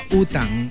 utang